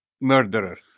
murderer